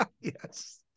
Yes